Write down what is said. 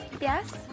Yes